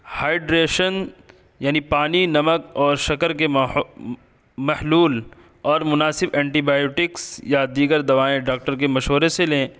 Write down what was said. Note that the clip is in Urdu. ہائیڈریشن یعنی پانی نمک اور شکر کے ماحول محلول اور مناسب اینٹی بایوٹکس یا دیگر دوائیں ڈاکٹر کے مشورے سے لیں